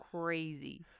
crazy